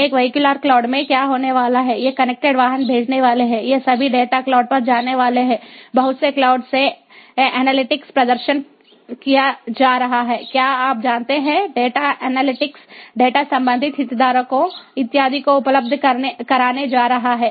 एक vehicular cloud में क्या होने वाला है ये कनेक्टेड वाहन भेजने वाले हैं ये सभी डेटा क्लाउड पर जाने वाले हैं बहुत से क्लाउड से एनालिटिक्स प्रदर्शन किया जा रहा है क्या आप जानते हैं डेटा एनालिटिक्स डेटा संबंधित हितधारकों इत्यादि को उपलब्ध कराने जा रहे हैं